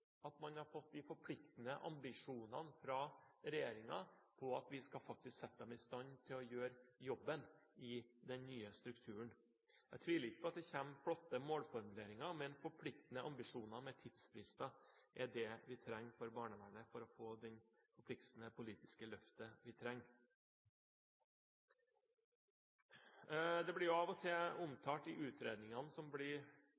at man har fått de forpliktende ambisjonene fra regjeringen om at en faktisk skal sette dem i stand til å gjøre jobben i den nye strukturen. Jeg tviler ikke på at det kommer flotte målformuleringer, men forpliktende ambisjoner med tidsfrister er det vi trenger for barnevernet for å få den forpliktelsen og det politiske løftet vi trenger. Av og til blir